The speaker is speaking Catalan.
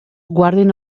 guarden